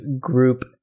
group